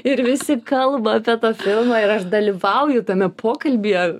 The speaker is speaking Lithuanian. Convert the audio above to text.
ir visi kalba apie tą filmą ir aš dalyvauju tame pokalbyje